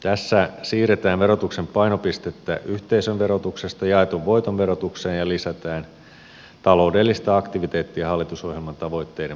tässä siirretään verotuksen painopistettä yhteisön verotuksesta jaetun voiton verotukseen ja lisätään taloudellista aktiviteettia hallitusohjelman tavoitteiden mukaisesti